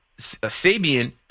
Sabian